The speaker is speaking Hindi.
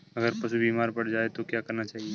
अगर पशु बीमार पड़ जाय तो क्या करना चाहिए?